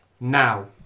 Now